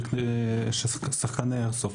של שחקני האיירסופט.